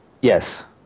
Yes